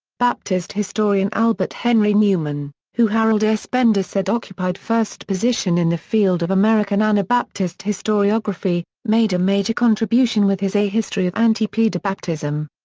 baptist historian albert henry newman, who harold s. bender said occupied first position in the field of american anabaptist historiography, made a major contribution with his a history of anti-pedobaptism.